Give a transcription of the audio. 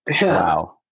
Wow